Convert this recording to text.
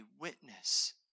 witness